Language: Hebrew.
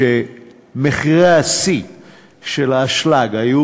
מחירי השיא של האשלג היו